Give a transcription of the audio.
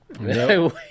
No